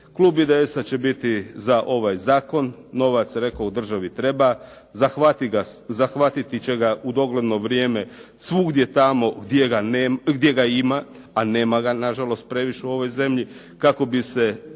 Klub IDS-a će biti za ovaj zakon, novac rekoh u državi treba, zahvatiti će ga u dogledno vrijeme svugdje tamo gdje ga ima, a nema ga na žalost previše u ovoj zemlji, kako bi se